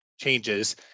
changes